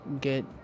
get